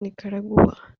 nicaragua